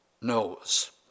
knows